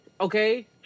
Okay